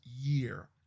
year